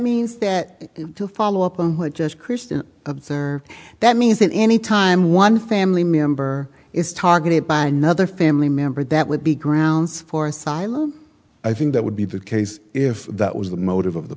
means that to follow up on what just christian observed that means that any time one family member is targeted by another family member that would be grounds for asylum i think that would be the case if that was the motive of the